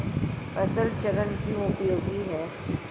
फसल चरण क्यों उपयोगी है?